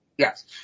Yes